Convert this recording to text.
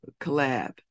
collab